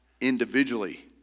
individually